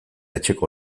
etxeko